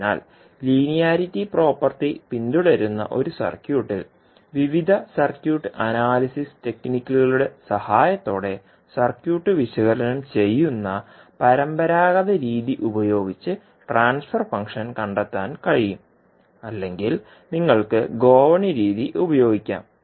അതിനാൽ linearity property പിന്തുടരുന്ന ഒരു സർക്യൂട്ടിൽ വിവിധ സർക്യൂട്ട് അനാലിസിസ് ടെക്നിക്കുകളുടെ സഹായത്തോടെ സർക്യൂട്ട് വിശകലനം ചെയ്യുന്ന പരമ്പരാഗത രീതി ഉപയോഗിച്ച് ട്രാൻസ്ഫർ ഫംഗ്ഷൻ കണ്ടെത്താൻ കഴിയും അല്ലെങ്കിൽ നിങ്ങൾക്ക് ഗോവണി രീതി ഉപയോഗിക്കാം